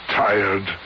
tired